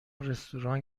رستوران